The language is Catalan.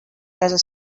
casa